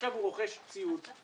עכשיו הוא רוכש ציוד,